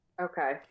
okay